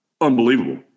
unbelievable